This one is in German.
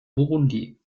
burundi